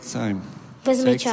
time